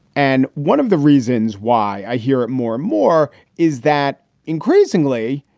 and one of the reasons why i hear it more more is that increasingly